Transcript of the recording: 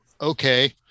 okay